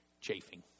Chafing